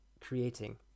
creating